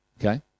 Okay